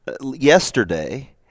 yesterday